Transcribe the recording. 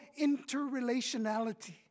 interrelationality